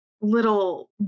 little